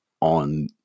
on